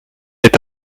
est